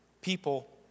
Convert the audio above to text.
people